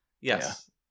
Yes